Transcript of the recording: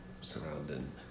surrounding